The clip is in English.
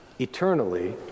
eternally